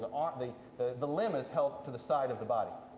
um the the limb is held to the side of the body.